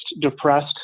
depressed